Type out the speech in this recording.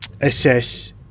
Assess